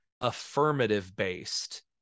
affirmative-based